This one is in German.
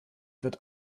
wird